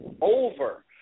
over